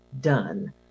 done